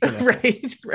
Right